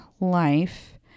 life